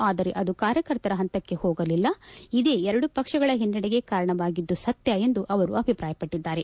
ಆದರೆ ಅದು ಕಾರ್ಯಕರ್ತರ ಪಂತಕ್ಕೆ ಹೋಗಲಿಲ್ಲ ಇದೇ ಎರಡೂ ಪಕ್ಷಗಳ ಹಿನ್ನೆಡೆಗೆ ಕಾರಣವಾಗಿದ್ದು ಸತ್ಯ ಎಂದು ಅವರು ಅಭಿಪ್ರಾಯ ಪಟ್ಟಿದ್ದಾರೆ